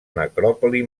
necròpoli